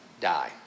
die